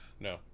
No